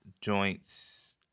joints